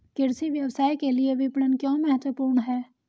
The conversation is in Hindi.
कृषि व्यवसाय के लिए विपणन क्यों महत्वपूर्ण है?